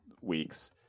weeks